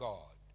God